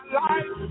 life